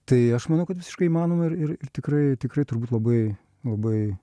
tai aš manau kad visiškai įmanoma ir ir tikrai tikrai turbūt labai labai